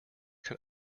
can